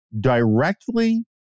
directly